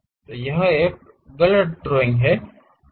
तो यह एक गलत ड्राइंग है